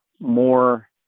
more